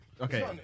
Okay